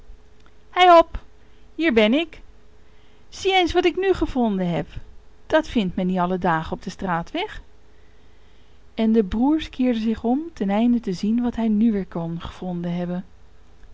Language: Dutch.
hei hop hier ben ik zie eens wat ik nu gevonden heb dat vindt men niet alle dagen op den straatweg en de broers keerden zich om ten einde te zien wat hij nu weer kon gevonden hebben